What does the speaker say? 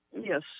Yes